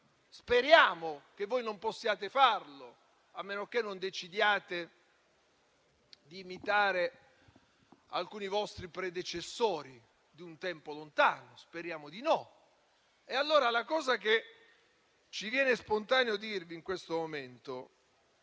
Speriamo che non possiate farlo, a meno che non decidiate di imitare alcuni vostri predecessori di un tempo lontano. Speriamo di no. In questo momento ci viene spontaneo dirvi una cosa. Ministro